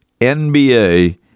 NBA